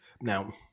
now